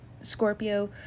scorpio